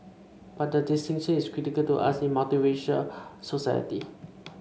but the distinction is critical to us in a society